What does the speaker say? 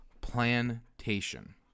plantation